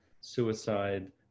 suicide